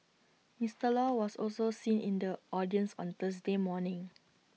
Mister law was also seen in the audience on Thursday morning